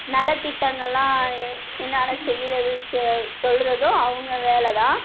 நலத் திட்டங்கள்லாம் எ என்னென்னா செய்கிறது செ சொல்கிறதும் அவங்க வேலை தான்